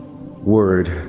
word